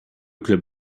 club